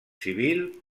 civil